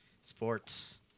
sports